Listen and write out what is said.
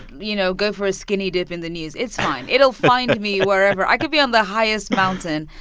you know, go for a skinny dip in the news. it's fine it'll find me wherever. i could be on the highest mountain,